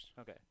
Okay